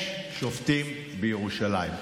יש שופטים בירושלים.